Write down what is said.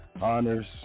honors